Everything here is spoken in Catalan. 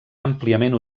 àmpliament